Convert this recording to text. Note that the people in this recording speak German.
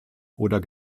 oder